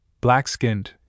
black-skinned